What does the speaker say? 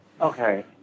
Okay